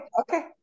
okay